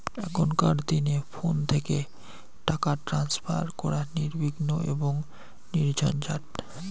এখনকার দিনে ফোন থেকে টাকা ট্রান্সফার করা নির্বিঘ্ন এবং নির্ঝঞ্ঝাট